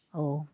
oh